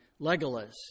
Legolas